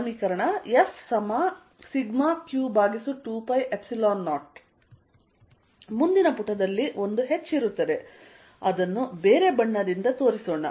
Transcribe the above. Fσq2π0 ಮುಂದಿನ ಪುಟದಲ್ಲಿ ಒಂದು h ಇರುತ್ತದೆ ಅದನ್ನು ಬೇರೆ ಬಣ್ಣದಿಂದ ತೋರಿಸೋಣ